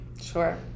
Sure